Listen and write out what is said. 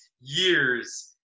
years